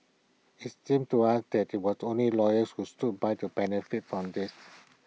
IT seems to us that IT was only the lawyers who stood by to benefit from this